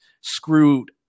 screwed